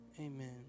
Amen